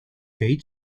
cage